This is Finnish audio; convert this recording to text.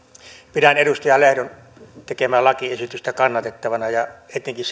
pidän edustaja lehdon tekemää lakiesitystä kannatettavana ja etenkin